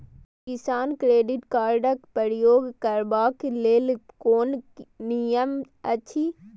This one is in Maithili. किसान क्रेडिट कार्ड क प्रयोग करबाक लेल कोन नियम अछि?